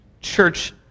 church